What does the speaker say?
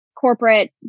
corporate